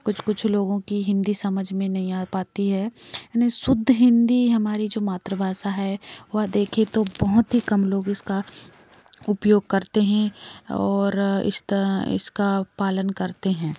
कुछ कुछ लोगों की हिंदी समझ में नहीं आ पाती है यानि शुद्ध हिंदी हमारी जो मातृभाषा है वह देखें तो बहुत ही कम लोग उसका उपयोग करते हैं ओर इस त इसका पालन करते हैं